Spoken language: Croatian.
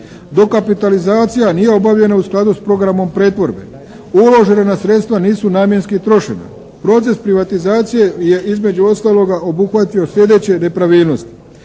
Dokapitalizacija nije obavljena u skladu s programom pretvorbe. Uložena sredstva nisu namjenski trošena. Proces privatizacije je između ostaloga obuhvatio slijedeće nepravilnosti.